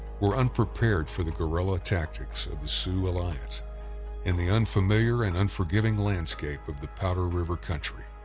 were unprepared for the guerilla tactics of the sioux alliance in the unfamiliar and unforgiving landscape of the powder river country.